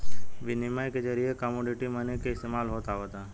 बिनिमय के जरिए कमोडिटी मनी के इस्तमाल होत आवता